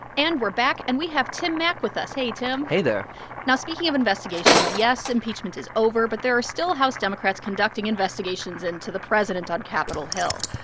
and we're back. and we have tim mak with us. hey, tim hey there now, speaking of investigations, yes, impeachment is over, but there are still house democrats conducting investigations into the president on capitol hill.